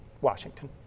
Washington